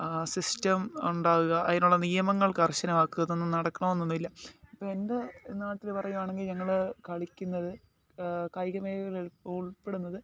ആ സിസ്റ്റം ഉണ്ടാവുക അതിനുള്ള നിയമങ്ങൾ കർശനമാക്കുക ഇതൊന്നും നടക്കണമെന്നൊന്നുമില്ല എൻ്റെ നാട്ടിൽ പറയുകയാണെങ്കിൽ ഞങ്ങൾ കളിക്കുന്നത് കായിക മേഖലയിൽ ഉൾപ്പെടുന്നത്